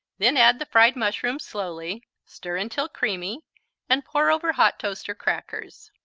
then add the fried mushrooms slowly, stir until creamy and pour over hot toast or crackers.